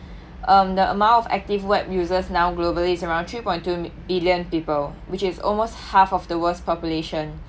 um the amount of active web users now globally is around three point two mi~ billion people which is almost half of the world's population